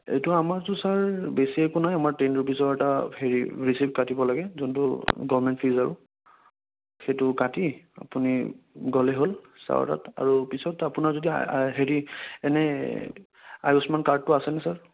এইটো আমাৰতো ছাৰ বেছি একো নাই আমাৰ টেন ৰুপিছৰ এটা হেৰি ৰিচিপ্ট কাটিব লাগে যোনটো গভমেণ্ট ফীজ আৰু সেইটো কাটি আপুনি গ'লে হ'ল ছাৰৰ তাত আৰু পিছত আপোনাৰ যদি হেৰি এনেই আয়ুস্মান কাৰ্ডটো আছে নে ছাৰ